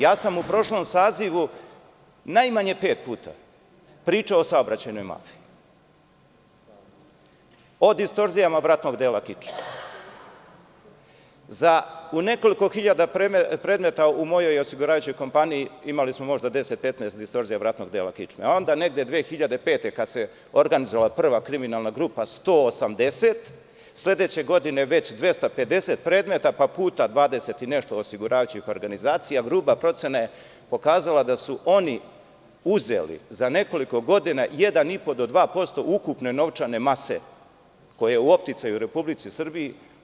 Ja sam u prošlom sazivu najmanje pet puta pričao o saobraćajnoj mafiji, o distorzijama vratnog dela kičme, za nekoliko hiljada predmeta u mojoj i osiguravajućoj kompaniji, imali smo možda 10-15 distorzija vratnog dela kičme, a onda negde 2005. godine kada se organizovala prva kriminalna grupa 180, sledeće godine već 250 predmeta, pa puta dvadeset i nešto osiguravajućih organizacija, gruba procena je pokazala da su oni uzeli za nekoliko godina 1,5-2% ukupne novčane mase koja je u opticaju u Republici Srbiji.